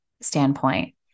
standpoint